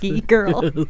girl